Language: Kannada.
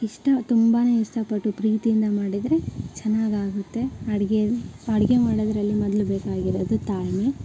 ಇಷ್ಟ ತುಂಬಾ ಇಷ್ಟಪಟ್ಟು ಪ್ರೀತಿಯಿಂದ ಮಾಡಿದರೆ ಚೆನ್ನಾಗಾಗುತ್ತೆ ಅಡುಗೆ ಅಡುಗೆ ಮಾಡೋದ್ರಲ್ಲಿ ಮೊದಲು ಬೇಕಾಗಿರೋದು ತಾಳ್ಮೆ